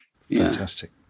Fantastic